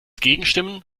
gegenstimmen